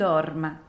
Dorma